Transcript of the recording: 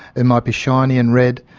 it might be shiny and red.